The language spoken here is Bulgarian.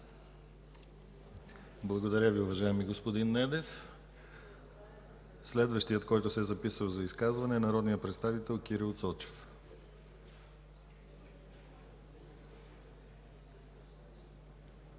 Благодаря Ви, уважаеми господин Недев. Следващият, който се е записал за изказване, е народният представител Кирил Цочев.